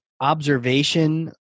observation